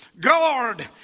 God